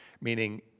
meaning